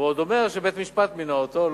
והוא עוד אומר שבית-משפט מינה אותו.